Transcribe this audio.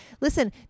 Listen